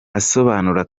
asobanura